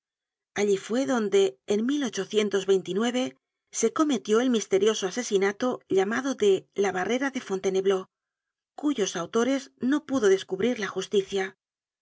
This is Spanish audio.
allí fue donde en se cometió el misterioso asesinato llamado de la barrerra de fontainebleau cuyos autores no pudo descubrir la justicia